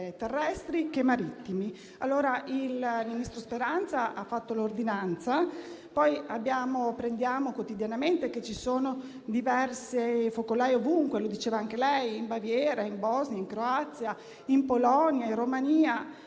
terrestri e marittimi. Il ministro Speranza ha firmato l'ordinanza. Apprendiamo quotidianamente che ci sono diversi focolai ovunque - come ha detto anche lei - in Baviera, in Bosnia, in Croazia, in Polonia e Romania.